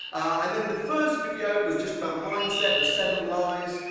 and then the first video was just about mindset, the seven lies.